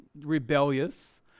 rebellious